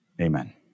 amen